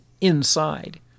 inside